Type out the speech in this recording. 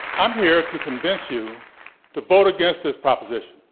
i'm here to convince you to vote against this proposition.